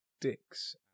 dicks